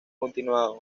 continuado